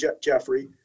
Jeffrey